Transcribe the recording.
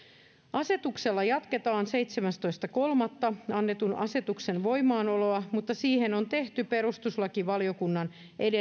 asetuksella jatketaan seitsemästoista kolmatta annetun asetuksen voimassaoloa mutta siihen on tehty perustuslakivaliokunnan